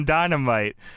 Dynamite